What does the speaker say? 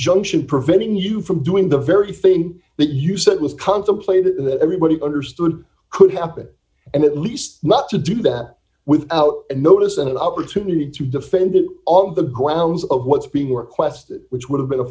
injunction preventing you from doing the very thing that you said was contemplated and that everybody understood could happen and at least not to do that without notice an opportunity to defend it on the grounds of what's being requested which would have been a